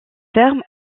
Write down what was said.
ferme